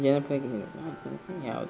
ಜನಪ್ರಿಯ ಕ್ರೀಡೆ ಯಾವುದು